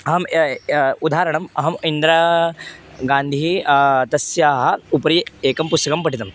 अहम् य य उदाहरणम् अहम् इन्दिरागान्धी तस्याः उपरि एकं पुस्तकं पठितम्